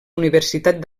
universitat